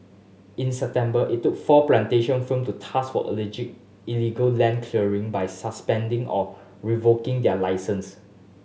in September it took four plantation firm to task for alleged illegal land clearing by suspending or revoking their licence